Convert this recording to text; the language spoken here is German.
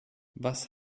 was